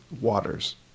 waters